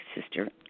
sister